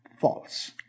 false